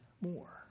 more